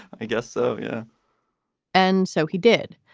i guess so. yeah and so he did.